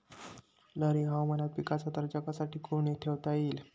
लहरी हवामानात पिकाचा दर्जा कसा टिकवून ठेवता येईल?